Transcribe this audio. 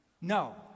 No